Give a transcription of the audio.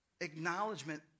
acknowledgement